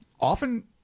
often